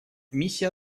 миссия